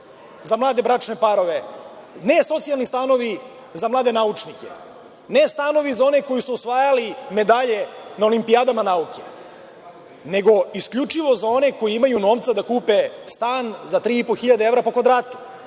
za mlade bračne parove, ne socijalni stanovi za mlade naučnike, ne stanovi za one koji su osvajali medalje na olimpijadama nauke, nego isključivo za one koji imaju novca da kupe stan za tri i po hiljade evra po kvadratu.A